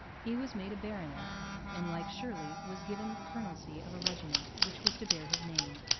he was made a baronet and, like shirley, was given the colonelcy of a regiment which was to bear his name.